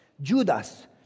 Judas